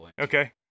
Okay